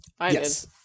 Yes